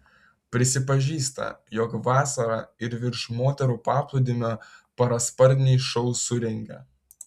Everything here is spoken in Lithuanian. prisipažįsta jog vasarą ir virš moterų paplūdimio parasparniai šou surengia